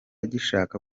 gishaka